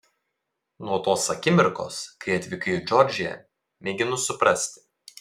nuo tos akimirkos kai atvykai į džordžiją mėginu suprasti